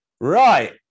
Right